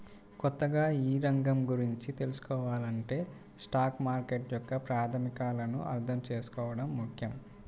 కొత్తగా ఈ రంగం గురించి తెల్సుకోవాలంటే స్టాక్ మార్కెట్ యొక్క ప్రాథమికాలను అర్థం చేసుకోవడం ముఖ్యం